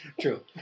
True